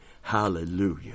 Hallelujah